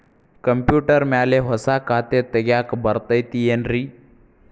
Computer ಮ್ಯಾಲೆ ಹೊಸಾ ಖಾತೆ ತಗ್ಯಾಕ್ ಬರತೈತಿ ಏನ್ರಿ?